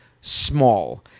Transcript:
small